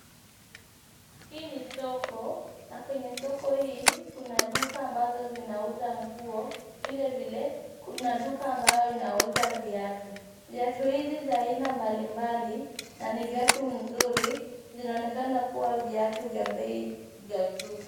Hii ni soko na kwenye soko hii kuna duka ambazo zinauza nguo, vile vile kuna duka ambayo inauza viatu. Viatu hizi za aina mbalimbali na ni viatu mzuri zinaonekana kuwa viatu vya bei za juu.